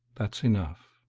that's enough.